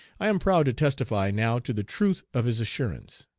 i am proud to testify now to the truth of his assurance.